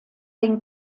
den